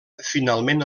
finalment